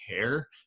care